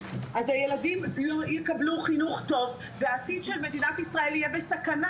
הילדים לא יקבלו חינוך טוב והעתיד של מדינת ישראל יהיה בסכנה,